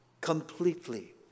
completely